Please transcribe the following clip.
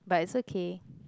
but it's okay